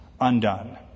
undone